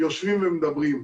יושבים ומדברים.